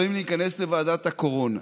יכולים להיכנס לוועדת הקורונה